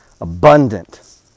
abundant